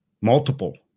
Multiple